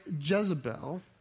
Jezebel